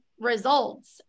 results